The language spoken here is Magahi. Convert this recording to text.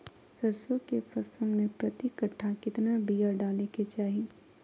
सरसों के फसल में प्रति कट्ठा कितना बिया डाले के चाही?